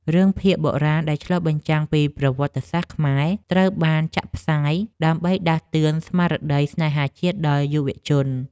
រឿងភាគបុរាណដែលឆ្លុះបញ្ចាំងពីប្រវត្តិសាស្ត្រខ្មែរត្រូវបានចាក់ផ្សាយ ដើម្បីដាស់តឿនស្មារតីស្នេហាជាតិដល់យុវជន។